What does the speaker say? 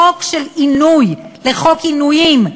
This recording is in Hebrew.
בחקיקת חוקים,